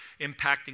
impacting